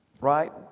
right